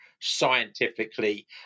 scientifically